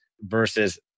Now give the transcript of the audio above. versus